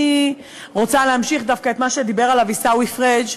אני רוצה להמשיך דווקא את מה שדיבר עליו עיסאווי פריג',